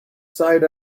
sight